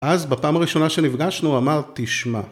אז בפעם הראשונה שנפגשנו אמר תשמע